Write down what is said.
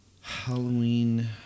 Halloween